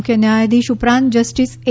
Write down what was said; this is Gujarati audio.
મુખ્ય ન્યાયધીશ ઉપરાંત જસ્ટિસ એ